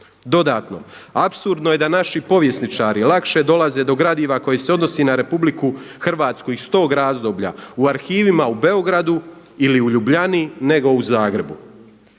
Dodatno, apsurdno je da naši povjesničari lakše dolaze do gradiva koje se odnosi na RH iz tog razdoblja u arhivima u Beogradu ili u Ljubljani nego u Zagrebu.